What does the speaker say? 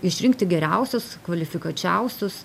išrinkti geriausius kvalifikuočiausius